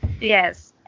Yes